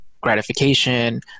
gratification